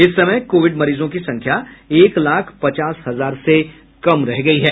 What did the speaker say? इस समय कोविड मरीजों की संख्या एक लाख पचास हजार से कम रह गई है